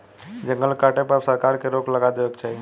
जंगल के काटे पर अब सरकार के रोक लगा देवे के चाही